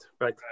Right